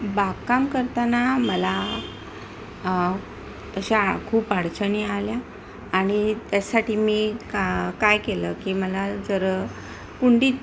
बागकाम करताना मला अशा खूप अडचणी आल्या आणि त्यासाठी मी का काय केलं की मला जर कुंडीत